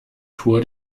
tour